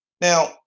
Now